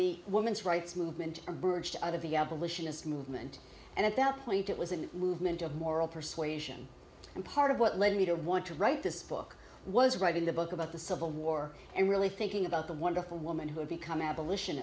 the women's rights movement of the abolitionist movement and at that point it was a movement of moral persuasion and part of what led me to want to write this book was writing the book about the civil war and really thinking about the wonderful woman who had become abolition